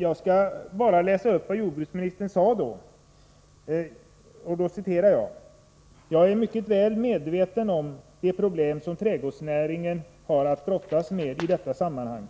Jag skall läsa upp vad jordbruksministern då sade i sitt svar: ”Jag är mycket väl medveten om de problem som trädgårdsnäringen har att brottas med i detta sammanhang.